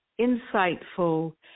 insightful